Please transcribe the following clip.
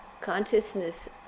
consciousness